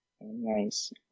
Nice